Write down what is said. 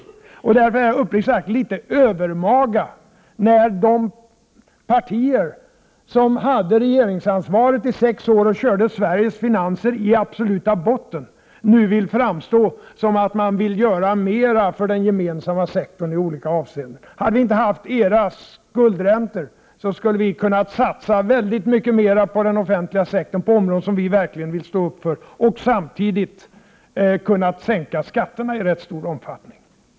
Jag tycker därför uppriktigt sagt att det är litet övermaga när de partier som hade regeringsansvaret i sex år och som under den tiden körde Sveriges finanser i botten nu vill framstå som om de vill göra mera för den gemensamma sektorn i olika avseenden. Om vi inte hade haft deras skuldräntor, skulle vi ha kunnat satsa mycket mer på den offentliga sektorn och på områden som vi verkligen vill stå upp för. Samtidigt hade vi kunnat sänka skatterna i ganska stor omfattning.